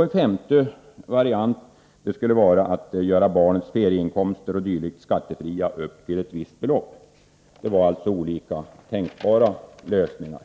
En femte variant skulle vara att göra barnets ferieinkomster o. d. skattefria upp till ett visst belopp. Detta är olika tänkbara lösningar.